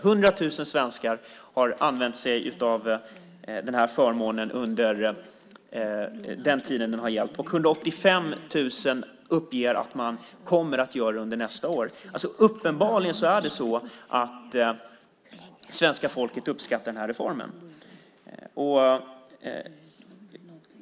100 000 svenskar har använt sig av denna förmån under den tid som den har gällt, och 185 000 uppger att man kommer att göra det under nästa år. Uppenbarligen uppskattar alltså svenska folket denna reform.